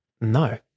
no